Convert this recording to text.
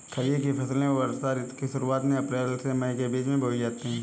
खरीफ की फसलें वर्षा ऋतु की शुरुआत में अप्रैल से मई के बीच बोई जाती हैं